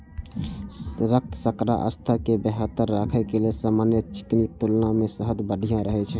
रक्त शर्करा स्तर कें बेहतर राखै लेल सामान्य चीनीक तुलना मे शहद बढ़िया रहै छै